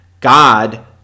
God